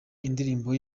indirimbo